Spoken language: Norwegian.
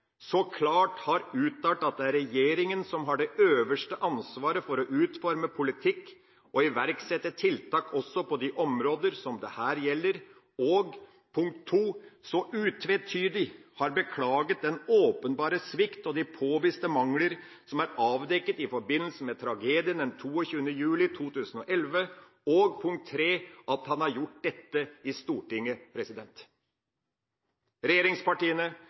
så klart har uttalt at det er regjeringa som har det øverste ansvaret for å utforme politikk og iverksette tiltak, også på de områder som her gjelder, så utvetydig har beklaget den åpenbare svikt og de påviste mangler som er avdekket i forbindelse med tragedien den 22. juli 2011, og at han har gjort dette i Stortinget. Regjeringspartiene